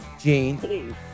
Gene